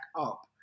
up